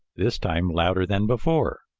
this time louder than before.